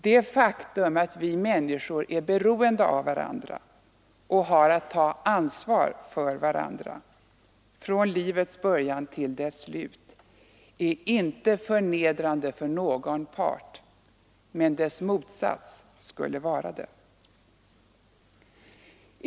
Det faktum att vi människor är beroende av varandra och har att ta ansvar för varandra — från livets början till dess slut — är inte förnedrande för någon part, men dess motsats skulle vara det.